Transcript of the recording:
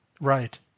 Right